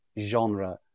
genre